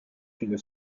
une